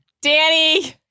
Danny